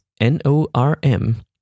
N-O-R-M